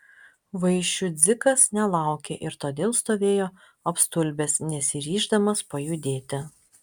vaišių dzikas nelaukė ir todėl stovėjo apstulbęs nesiryždamas pajudėti